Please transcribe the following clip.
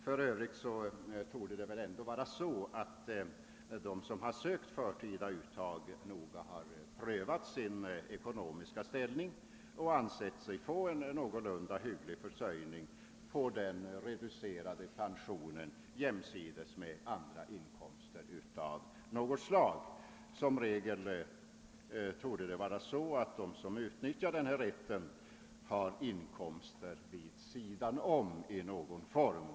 För Övrigt torde det väl ändå vara så, att de som har sökt förtida uttag noga har prövat sin ekonomiska ställning och ansett sig få en någorlunda hygglig försörjning på den reducerade pensionen jämsides med andra inkomster. I regel torde det nämligen vara så, att de som utnyttjar rätten i fråga har inkomster vid sidan om i någon form.